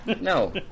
No